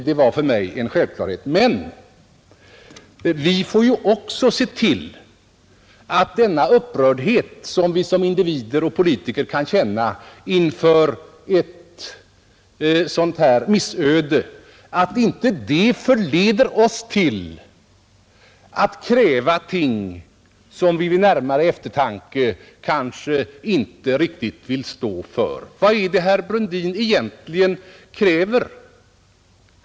Det var för mig en självklarhet. Men vi får ju också se till att den upprördhet som vi som individer och politiker kan känna inför ett sådant här missöde inte förleder oss till att kräva ting som vi vid närmare eftertanke kanske inte riktigt vill stå för. Vad är det herr Brundin egentligen kräver?